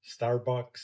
Starbucks